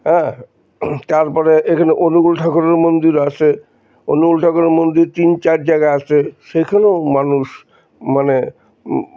হ্যাঁ তারপরে এখানে অনুকূল ঠাকুরের মন্দিরও আছে অনুকূল ঠাকুরের মন্দির তিন চার জায়গা আছে সেখানেও মানুষ মানে